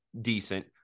decent